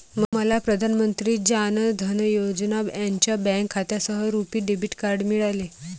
मला प्रधान मंत्री जान धन योजना यांच्या बँक खात्यासह रुपी डेबिट कार्ड मिळाले